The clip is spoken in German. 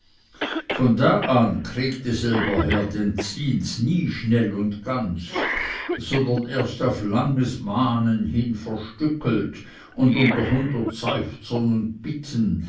von da an kriegte selber herr den zins nie schnell und ganz sondern erst auf langes mahnen hin verstückelt und unter hundert seufzern und bitten